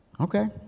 Okay